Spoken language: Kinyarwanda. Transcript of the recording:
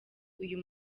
uyu